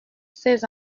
ces